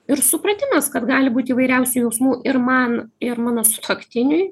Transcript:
ir supratimas kad gali būti įvairiausių jausmų ir man ir mano sutuoktiniui